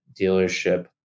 dealership